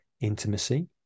intimacy